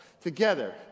together